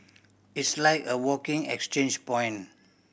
it's like a walking exchange point